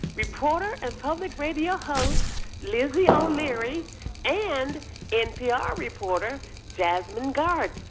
reporter and public radio host lizzie o'leary and npr reporter jasmine garsd.